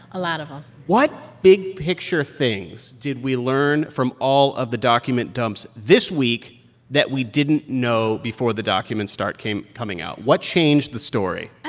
a lot of them ah what big-picture things did we learn from all of the document dumps this week that we didn't know before the documents start came coming out? what changed the story?